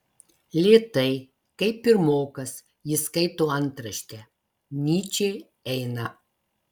lėtai kaip pirmokas jis skaito antraštę nyčė eina